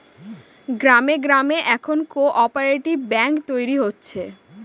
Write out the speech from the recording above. গ্রামে গ্রামে এখন কোঅপ্যারেটিভ ব্যাঙ্ক তৈরী হচ্ছে